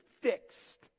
fixed